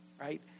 Right